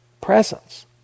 presence